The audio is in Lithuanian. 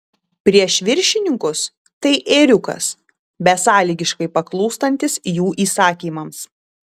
prieš viršininkus tai ėriukas besąlygiškai paklūstantis jų įsakymams